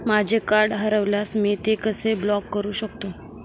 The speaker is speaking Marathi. माझे कार्ड हरवल्यास मी ते कसे ब्लॉक करु शकतो?